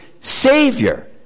Savior